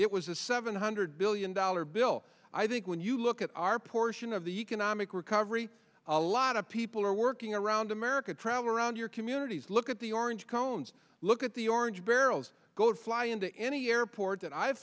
it was a seven hundred billion dollar bill i think when you look at our portion of the economic recovery a lot of people are working around america travel around your communities look at the orange cones look at the orange barrels go fly into any airport that i've